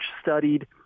studied